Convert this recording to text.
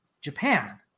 Japan